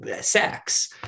sex